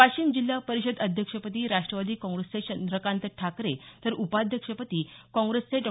वाशिम जिल्हापरिषद अध्यक्षपदी राष्ट्रवादी काँग्रेसचे चंद्रकांत ठाकरे तर उपाध्यक्षपदी काँग्रेसचे डॉ